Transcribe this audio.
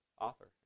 Author